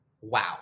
wow